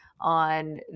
on